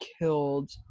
killed